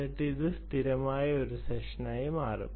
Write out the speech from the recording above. എന്നിട്ട് അത് സ്ഥിരമായ ഒരു സെഷനായി മാറും